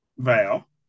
Val